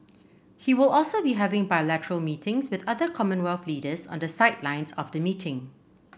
he will also be having bilateral meetings with other Commonwealth leaders on the sidelines of the meeting